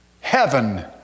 Heaven